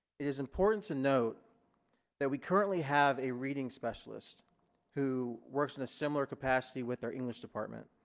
it is important to note that we currently have a reading specialist who works in a similar capacity with our english department.